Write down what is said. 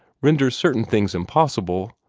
renders certain things impossible.